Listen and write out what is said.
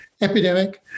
epidemic